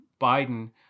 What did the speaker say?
Biden